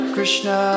Krishna